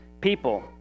people